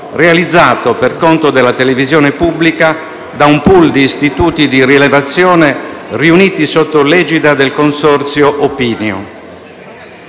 realizzato, per conto della televisione pubblica, da un *pool* di istituti di rilevazione riuniti sotto l'egida del Consorzio Opinio.